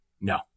No